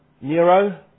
Nero